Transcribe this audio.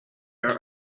her